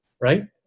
right